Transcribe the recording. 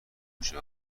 میشه